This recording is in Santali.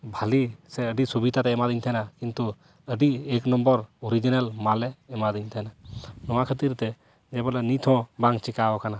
ᱵᱷᱟᱹᱞᱤ ᱥᱮ ᱟᱹᱰᱤ ᱥᱩᱵᱤᱛᱟ ᱛᱮ ᱮᱢᱟᱫᱤᱧ ᱛᱟᱦᱮᱱᱟ ᱠᱤᱱᱛᱩ ᱟᱹᱰᱤ ᱮᱠ ᱱᱚᱢᱵᱚᱨ ᱚᱨᱤᱡᱤᱱᱮᱞ ᱢᱟᱞᱮ ᱮᱢᱟᱫᱤᱧ ᱛᱟᱦᱮᱱᱟ ᱱᱚᱣᱟ ᱠᱷᱟᱹᱛᱤᱨ ᱛᱮ ᱡᱮᱵᱚᱞᱮ ᱱᱤᱛ ᱦᱚᱸ ᱵᱟᱝ ᱪᱤᱠᱟᱹᱣ ᱠᱟᱱᱟ